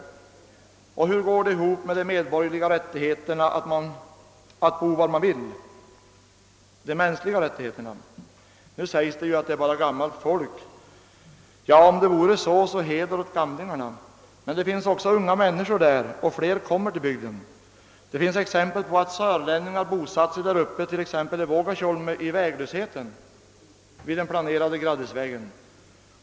Och hur går det ihop med de med borgerliga rättigheterna att bo var man vill? De mänskliga rättigheterna! Det är ju bara gammalt folk, sägs det. Vore det så, heder då åt gamlingarna! Men det finns också unga människor där och fler kommer till bygden. Det finns exempel på att sörlänningar bosatt sig där uppe — t.ex. i Vuoggatjålme i väglösheten — vid den planerade Graddisvägen.